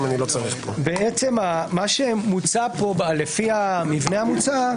מה שמוצע כאן, לפי המבנה המוצע,